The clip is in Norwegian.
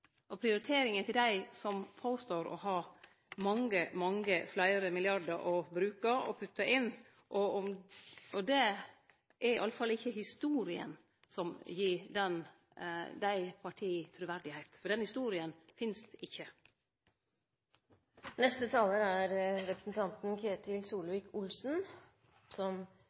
gjeld prioriteringane til dei som påstår å ha mange fleire milliardar å bruke og putte inn. Det er i alle fall ikkje historia som gir dei partia truverd, for den historia finst